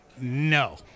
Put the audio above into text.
No